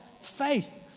faith